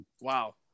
Wow